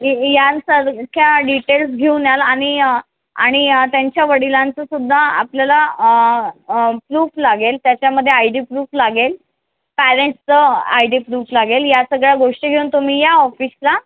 यांसारख्या डिटेल्स घेऊन याल आणि आणि त्यांच्या वडिलांचं सुद्धा आपल्याला प्रूफ लागेल त्याच्यामध्ये आय डी प्रूफ लागेल पेरेंटचं आय डी प्रूफ लागेल ह्या सगळ्या गोष्टी घेऊन तुम्ही या ऑफिसला